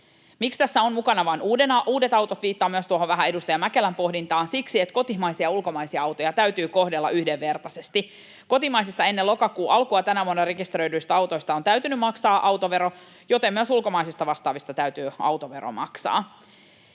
Miksi tässä ovat mukana vain uudet autot? — Viittaan vähän myös tuohon edustaja Mäkelän pohdintaan. — Siksi, että kotimaisia ja ulkomaisia autoja täytyy kohdella yhdenvertaisesti. Kotimaisista ennen lokakuun alkua tänä vuonna rekisteröidyistä autoista on täytynyt maksaa autovero, joten myös ulkomaisista vastaavista täytyy autovero maksaa.